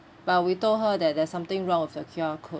but we told her that there's something wrong with the Q_R code